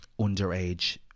underage